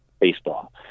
baseball